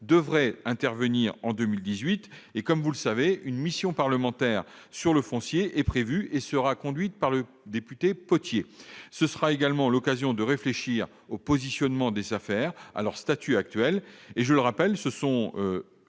devrait intervenir en 2018. Comme vous le savez, une mission parlementaire sur le foncier est prévue et sera conduite par le député Potier. Ce sera également l'occasion de réfléchir au positionnement des SAFER, à leur statut actuel- je rappelle que ce sont